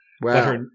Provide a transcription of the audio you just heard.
Wow